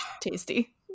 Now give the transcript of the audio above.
tasty